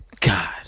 god